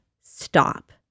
stop